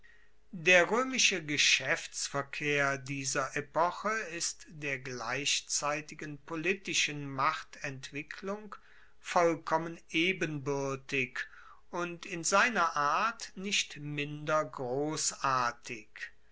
der roemische geschaeftsverkehr dieser epoche ist der gleichzeitigen politischen machtentwicklung vollkommen ebenbuertig und in seiner art nicht minder grossartig